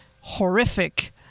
horrific